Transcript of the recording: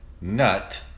Nut